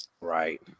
Right